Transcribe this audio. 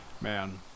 man